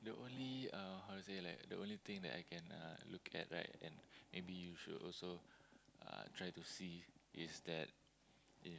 the only uh how to say like the only thing that I can uh look at right and maybe you should also uh try to see is that if